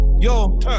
Yo